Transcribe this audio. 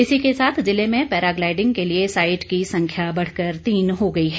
इसी के साथ जिले में पैराग्लाइडिंग के लिए साईट की संख्या बढ़कर तीन हो गई है